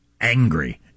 angry